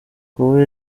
wowe